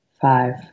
five